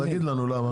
תגיד לנו למה.